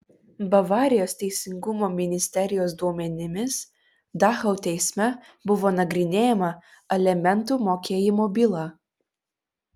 bavarijos teisingumo ministerijos duomenimis dachau teisme buvo nagrinėjama alimentų mokėjimo byla